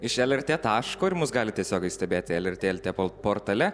iš lrt taško ir mus galit tiesiogiai stebėti lrt lt po portale